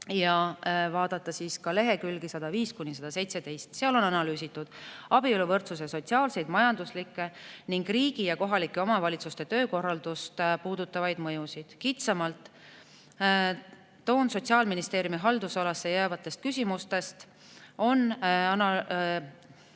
Vaadates lehekülgi 105–[116], seal on analüüsitud abieluvõrdsuse sotsiaalset, majanduslikku ning riigi ja kohalike omavalitsuste töökorraldust puudutavat mõju. Kitsamalt on Sotsiaalministeeriumi haldusalasse jäävatest küsimustest analüüsitud